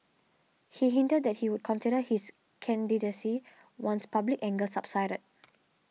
he hinted that he would consider his candidacy once public anger subsided